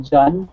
John